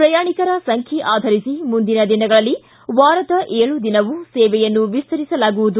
ಪ್ರಯಾಣಿಕರ ಸಂಖ್ಯೆ ಆಧರಿಸಿ ಮುಂದಿನ ದಿನಗಳಲ್ಲಿ ವಾರದ ಏಳು ದಿನವೂ ಸೇವೆಯನ್ನು ವಿಸ್ತರಿಸಲಾಗುವುದು